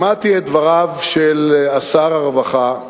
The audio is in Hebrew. שמעתי את דבריו של שר הרווחה,